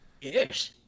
yes